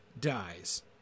dies